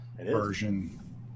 version